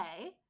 okay